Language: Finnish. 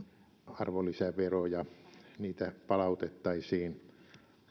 arvonlisäveroja niitä siis palautettaisiin